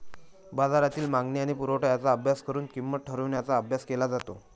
बाजारातील मागणी आणि पुरवठा यांचा अभ्यास करून किंमत ठरवण्याचा अभ्यास केला जातो